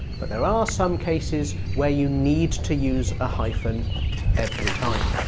but there are some cases where you need to use a hyphen every time.